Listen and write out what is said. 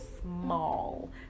small